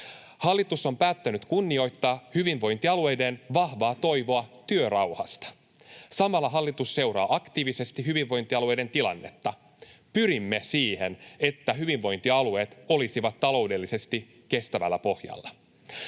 Hallitus on päättänyt kunnioittaa hyvinvointialueiden vahvaa toivoa työrauhasta. Samalla hallitus seuraa aktiivisesti hyvinvointialueiden tilannetta. Pyrimme siihen, että hyvinvointialueet olisivat taloudellisesti kestävällä pohjalla.